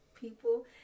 people